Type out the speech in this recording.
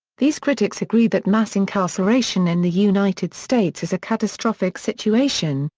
these critics agree that mass incarceration in the united states is a catastrophic situation,